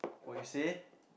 what you say